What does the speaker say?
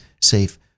safe